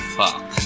fuck